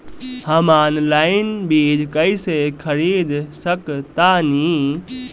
हम ऑनलाइन बीज कईसे खरीद सकतानी?